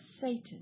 Satan